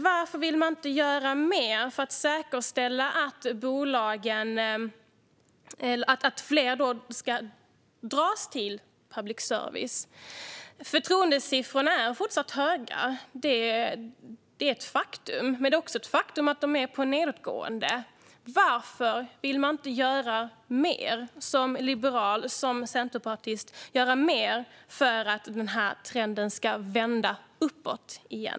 Varför vill man inte göra mer för att säkerställa att fler vänder sig till public service? Det är ett faktum att förtroendesiffrorna fortfarande är höga, men det är också ett faktum att de är på väg ned. Varför vill inte Centerpartiet göra mer för att trenden ska vända uppåt igen?